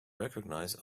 recognize